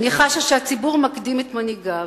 אני חשה שהציבור מקדים את מנהיגיו.